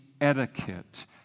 etiquette